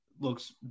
looks